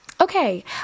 okay